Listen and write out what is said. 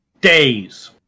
days